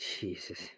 Jesus